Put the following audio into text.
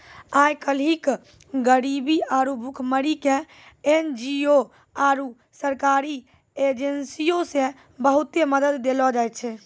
आइ काल्हि गरीबी आरु भुखमरी के एन.जी.ओ आरु सरकारी एजेंसीयो से बहुते मदत देलो जाय छै